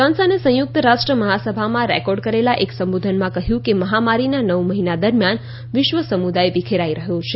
જોન્સને સંયુક્ત રાષ્ટ્ર મહાસભામાં રેકોર્ડ કરેલા એક સંબોધનમાં કહ્યું કે મહામારીના નવ મહિના દરમિયાન વિશ્વ સમુદાય વિખેરાઈ રહ્યોં છે